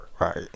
Right